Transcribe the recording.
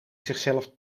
zichzelf